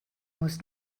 muss